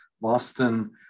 Boston